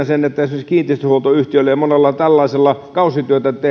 sen että esimerkiksi kiinteistöhuoltoyhtiöillä ja monilla tällaisilla kausityötä